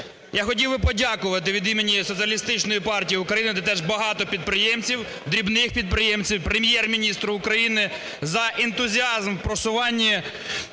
Я хотів би подякувати від імені Соціалістичної партії України, де теж багато підприємців, дрібних підприємців, Прем'єр-міністру України за ентузіазм у просуванні